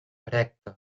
erecta